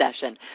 session